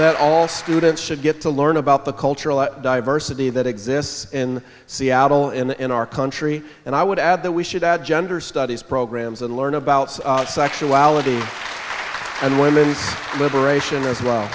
that all students should get to learn about the cultural diversity that exists in seattle in the in our country and i would add that we should add gender studies programs and learn about sexuality and women's liberation as well